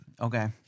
Okay